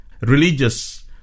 religious